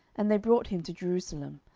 and they brought him to jerusalem,